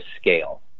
scale